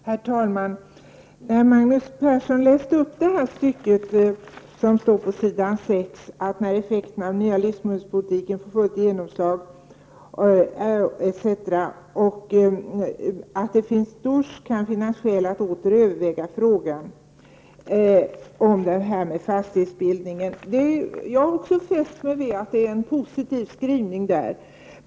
Herr talman! Magnus Persson läste upp det stycke som står på s. 6 om effekterna av den nya livsmedelspolitiken när den får fullt genomslag etc. Det finns då skäl att överväga frågan om fastighetsbildningen. Jag har också fäst mig vid att det finns en positiv skrivning på denna punkt.